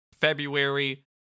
February